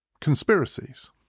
conspiracies